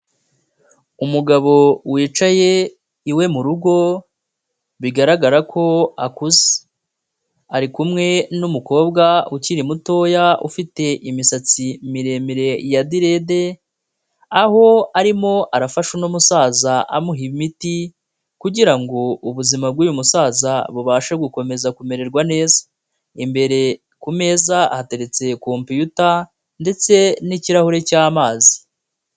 Umugabo wicaye iwe mu rugo bigaragara ko akuze, arikumwe n'umukobwa ukiri mutoya ufite imisatsi miremire ya direde, aho arimo arafasha uno musaza amuha imiti kugira ngo ubuzima bw'uyu musaza bubashe gukomeza kumererwa neza, imbere ku meza hateretse computer ndetse n'ikirahure cy'amazi.